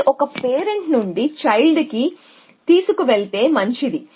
ఇది 1 పేరెంట్ల నుండి పిల్లలకి ముందుకు తీసుకువెళితే మంచిది